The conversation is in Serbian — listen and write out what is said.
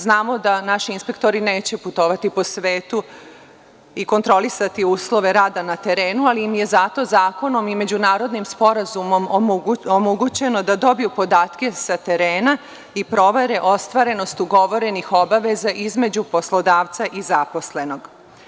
Znamo da naši inspektori neće putovati po svetu i kontrolisati uslove rada na terenu, ali im je zato zakonom i međunarodnim sporazumom omogućeno da dobiju podatke sa terena i provere ostvarenost ugovorenih obaveza između poslodavca i zaposlenog.